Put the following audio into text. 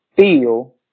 feel